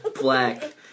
black